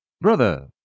Brother